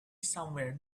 somewhere